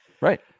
Right